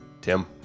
Tim